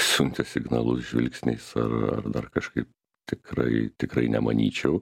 siuntė signalus žvilgsniais ar ar dar kažkaip tikrai tikrai nemanyčiau